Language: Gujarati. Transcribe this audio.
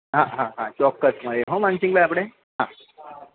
હા હા હા ચોક્કસ મળીએ હો માનસિંગભાઈ આપણે હા